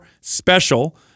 special